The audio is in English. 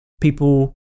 people